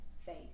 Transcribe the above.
faith